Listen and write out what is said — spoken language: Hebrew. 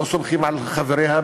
לא סומכים על חבריה.